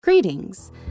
Greetings